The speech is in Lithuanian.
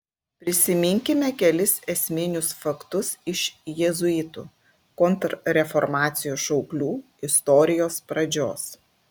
prisiminkime kelis esminius faktus iš jėzuitų kontrreformacijos šauklių istorijos pradžios